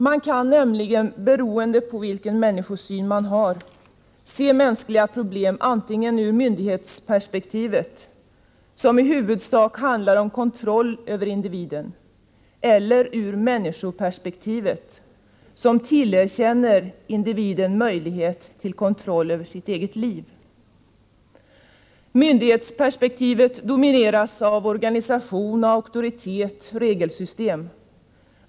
Vi kan nämligen, beroende på vilken människosyn vi har, se mänskliga problem antingen ur myndighetsperspektivet — som i huvudsak bygger på kontroll över individen — eller ur människoperspektivet, som tillerkänner individen möjlighet till kontroll över sitt eget liv. Myndighetsperspektivet domineras av organisation, auktoritet och regelsystem.